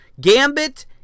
Gambit